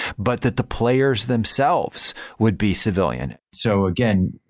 but that the players themselves would be civilian. so again,